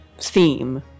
theme